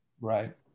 Right